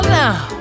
now